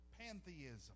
Pantheism